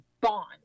bond